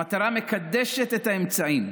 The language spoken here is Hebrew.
המטרה מקדשת את האמצעים,